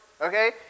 okay